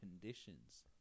conditions